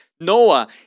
Noah